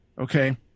okay